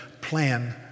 plan